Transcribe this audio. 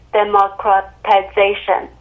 democratization